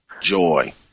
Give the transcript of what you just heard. joy